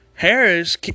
Harris